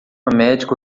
médico